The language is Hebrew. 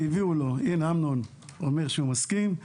הנה, אמנון אומר שהוא מסכים.